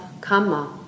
karma